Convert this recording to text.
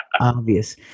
obvious